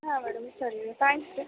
ಹಾಂ ಮೇಡಮ್ ಸರಿ ರಿ ತ್ಯಾಂಕ್ಸ್ ರಿ